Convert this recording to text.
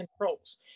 controls